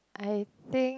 I think